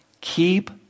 Keep